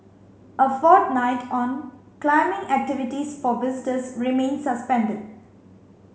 a fortnight on climbing activities for visitors remain suspended